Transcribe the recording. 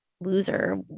loser